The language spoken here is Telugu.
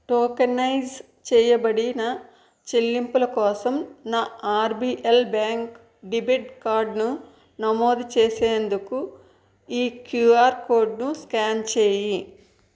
టోకెనైజ్ చేయబడిన చెల్లింపుల కోసం నా ఆర్బిఎల్ బ్యాంక్ డెబిట్ కార్డ్ను నమోదు చేసేందుకు ఈ క్యూఆర్ కోడ్ను స్కాన్ చేయి